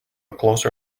closer